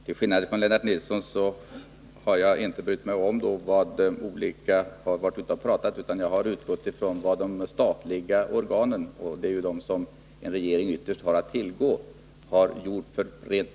Herr talman! Till skillnad från Lennart Nilsson har jag inte brytt mig om vad olika personer varit ute och pratat om, utan jag har utgått från vilka rent praktiskta insatser de statliga organen — och det är dem som en regering ytterst har att tillgå — har gjort.